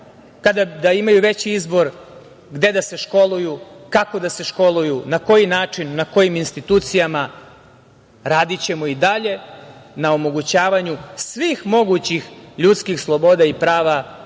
da imaju veći izbor gde da se školuju, kako da se školuju, na koji način, na kojim institucijama. Radićemo i dalje na omogućavanju svih mogućih ljudskih sloboda i prava